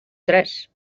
tres